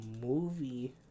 Movie